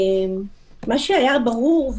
מה שהיה ברור,